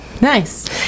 nice